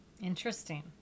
Interesting